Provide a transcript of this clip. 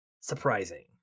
surprising